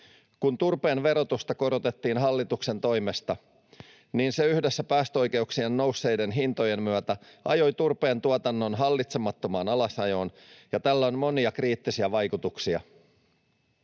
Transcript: Kun turpeen verotusta korotettiin hallituksen toimesta, niin se yhdessä päästöoikeuksien nousseiden hintojen myötä ajoi turpeen tuotannon hallitsemattomaan alasajoon, ja tällä on monia kriittisiä vaikutuksia.